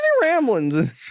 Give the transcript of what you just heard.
Ramblings